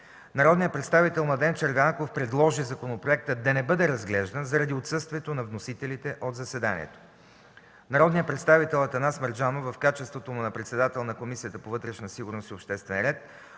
Народният представител Младен Червеняков предложи законопроектът да не бъде разглеждан заради отсъствието на вносителите от заседанието. Народният представител Атанас Мерджанов, в качеството му на председател на Комисията по вътрешна сигурност и обществен ред,